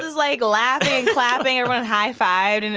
like, laughing and clapping. everyone high-fived. and